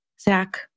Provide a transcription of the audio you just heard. zach